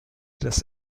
das